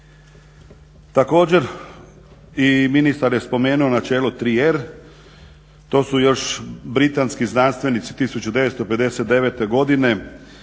Također, i ministar je spomenuo načelo 3R, to su još britanski znanstvenici 1959. godine